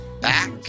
back